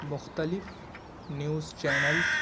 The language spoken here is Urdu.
مختلف نیوز چینلس